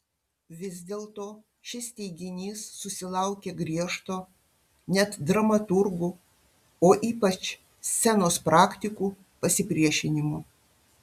vis dėlto šis teiginys susilaukė griežto net dramaturgų o ypač scenos praktikų pasipriešinimo